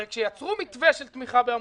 הרי כשיצרו מתווה של תמיכה בעמותות,